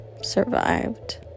survived